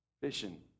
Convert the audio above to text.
fishing